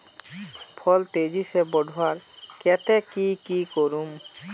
फल तेजी से बढ़वार केते की की करूम?